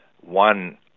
one